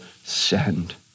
send